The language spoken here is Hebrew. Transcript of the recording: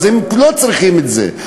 הם לא צריכים את זה.